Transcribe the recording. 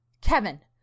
Kevin